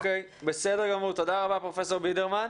תודה רבה, פרופ' בידרמן.